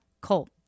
Colt